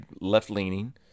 left-leaning